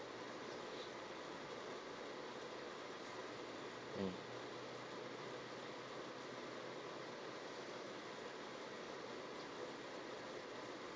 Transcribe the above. mm